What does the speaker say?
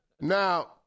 Now